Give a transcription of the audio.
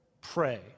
pray